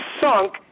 sunk